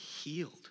Healed